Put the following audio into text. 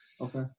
Okay